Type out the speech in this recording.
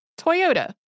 Toyota